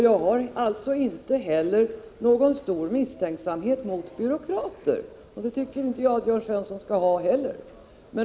Jag har inte någon stor misstänksamhet mot byråkrater. Det tycker jag inte Jörn Svensson skall ha heller.